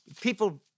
people